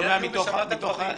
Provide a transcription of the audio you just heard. אבל אתה שמעת דברים.